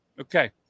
Okay